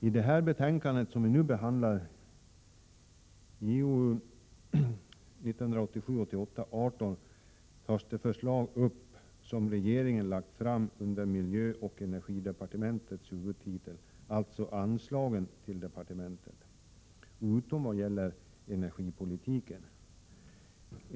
I det betänkande som vi nu behandlar, JoU 1987/88:18, tas de förslag upp som regeringen lagt fram under miljöoch energidepartementets huvudtitel, alltså anslagen till departementet, utom vad gäller energipolitiken.